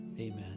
Amen